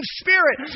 spirit